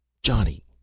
johnny,